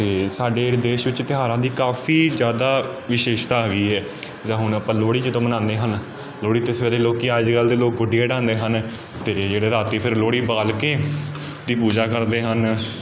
ਅਤੇ ਸਾਡੇ ਜਿਹੜੇ ਦੇਸ਼ ਵਿੱਚ ਤਿਉਹਾਰਾਂ ਦੀ ਕਾਫੀ ਜ਼ਿਆਦਾ ਵਿਸ਼ੇਸ਼ਤਾ ਹੈਗੀ ਹੈ ਜਿੱਦਾਂ ਹੁਣ ਆਪਾਂ ਲੋਹੜੀ ਜਦੋਂ ਮਨਾਉਂਦੇ ਹਨ ਲੋਹੜੀ 'ਤੇ ਸਵੇਰੇ ਲੋਕ ਅੱਜ ਕੱਲ੍ਹ ਦੇ ਲੋਕ ਗੁੱਡੇ ਉਡਾਉਂਦੇ ਹਨ ਅਤੇ ਜਿਹੜੇ ਰਾਤੀ ਫਿਰ ਲੋਹੜੀ ਬਾਲ ਕੇ ਉਹਦੀ ਪੂਜਾ ਕਰਦੇ ਹਨ